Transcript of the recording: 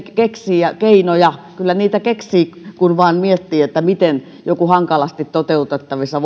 keksii keinoja kyllä niitä keksii kun vain miettii miten joku hankalasti toteutettavissa